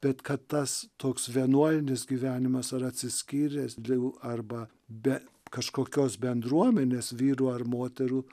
bet kad tas toks vienuolinis gyvenimas ar atsiskyręs dėl arba be kažkokios bendruomenės vyrų ar moterų